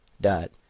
dot